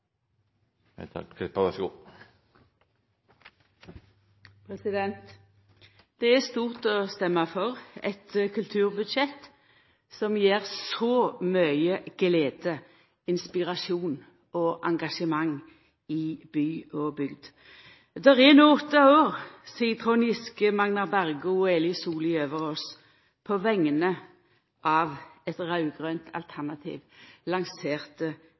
kulturbudsjett som gjev så mykje glede, inspirasjon og engasjement i by og bygd. Det er no åtte år sidan Trond Giske, Magnar Bergo og Eli Sollied Øveraas på vegner av eit raud-grønt alternativ